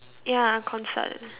ya concert